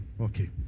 Okay